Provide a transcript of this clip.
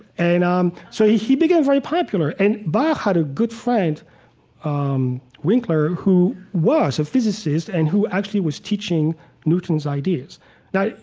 and, um so he he becomes very popular. and, bach had a good friend um winckler, who was a physicist, and who actually was teaching newton's ideas now,